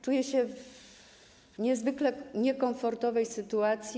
Czuję się niezwykle niekomfortowo w tej sytuacji.